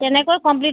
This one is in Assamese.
তাকেতো কিমান